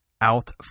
out